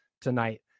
tonight